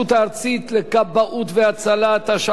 כולל לוח התיקונים.